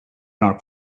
not